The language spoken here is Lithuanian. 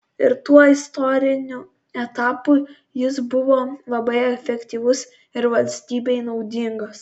ir tuo istoriniu etapu jis buvo labai efektyvus ir valstybei naudingas